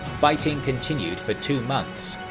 fighting continued for two months.